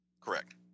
Correct